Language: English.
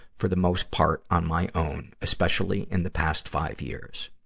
for the most part, on my own, especially in the past five years.